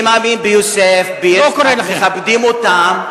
אני מאמין ביוסף, ביצחק, מכבדים אותם.